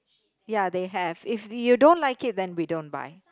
ya they have if you don't like it then we don't buy